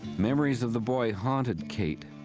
memories of the boy haunted kate.